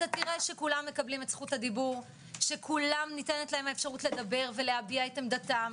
תראה שכולם מקבלים את זכות הדיבור, ולהביע עמדה,